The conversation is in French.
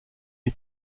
est